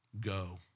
Go